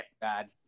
bad